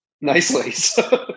nicely